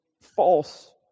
false